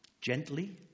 Gently